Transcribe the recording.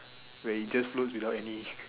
where it just moves without any